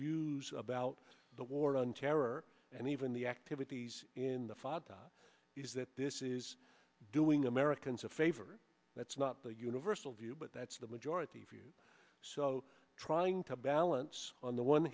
views about the war on terror and even the activities in the fog is that this is doing americans a favor that's not the universal view but that's the majority view so trying to balance on the one